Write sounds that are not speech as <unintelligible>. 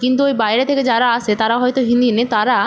কিন্তু ওই বাইরে থেকে যারা আসে তারা হয়তো হিন্দি <unintelligible> তারা